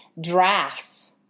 drafts